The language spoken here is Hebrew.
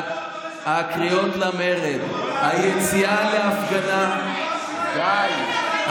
הקריאות למרד, היציאה להפגנה, די.